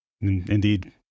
Indeed